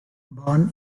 born